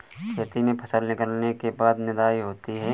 खेती में फसल निकलने के बाद निदाई होती हैं?